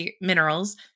minerals